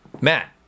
Matt